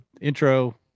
intro